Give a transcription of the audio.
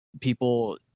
people